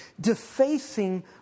defacing